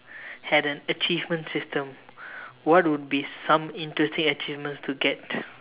had an achievement system what would be some interesting achievements to get